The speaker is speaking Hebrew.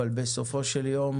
אבל בסופו של יום